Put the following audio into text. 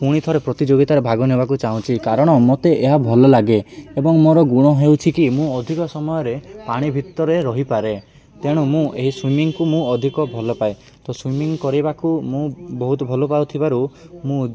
ପୁଣିଥରେ ପ୍ରତିଯୋଗିତାରେ ଭାଗ ନେବାକୁ ଚାହୁଁଛି କାରଣ ମୋତେ ଏହା ଭଲ ଲାଗେ ଏବଂ ମୋର ଗୁଣ ହେଉଛି କିି ମୁଁ ଅଧିକ ସମୟରେ ପାଣି ଭିତରେ ରହିପାରେ ତେଣୁ ମୁଁ ଏହି ସୁଇମିଂକୁ ମୁଁ ଅଧିକ ଭଲ ପାଏ ତ ସୁଇମିଂ କରିବାକୁ ମୁଁ ବହୁତ ଭଲ ପାଉଥିବାରୁ ମୁଁ